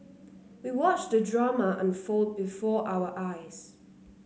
we watched the drama unfold before our eyes